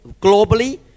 globally